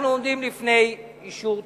אנחנו עומדים לפני אישור תקציב,